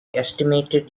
estimated